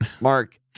Mark